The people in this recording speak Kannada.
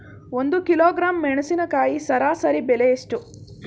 ಒಂದು ಕಿಲೋಗ್ರಾಂ ಮೆಣಸಿನಕಾಯಿ ಸರಾಸರಿ ಬೆಲೆ ಎಷ್ಟು?